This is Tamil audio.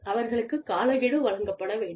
அவர்களுக்குக் காலக்கெடு வழங்கப்பட வேண்டும்